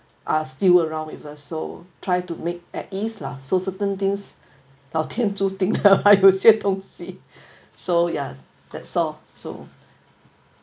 are still around with us so try to make at east lah so certain things if can don't think lah I will say don't see so ya that's all